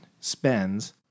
spends